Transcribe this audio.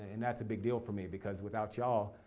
and that's a big deal for me, because without y'all,